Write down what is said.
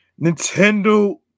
Nintendo